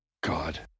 god